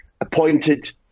appointed